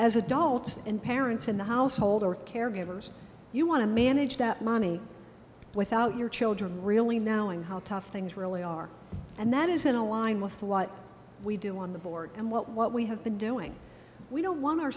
as adults and parents in the household or caregivers you want to manage that money without your children really knowing how tough things really are and that is in a line with what we do on the board and what what we have been doing we don't want our